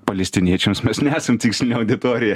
palestiniečiams mes nesam tikslinė auditorija